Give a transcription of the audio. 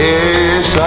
Yes